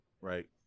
right